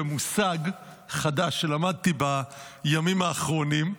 במושג חדש שלמדתי בימים האחרונים.